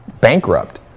bankrupt